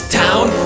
town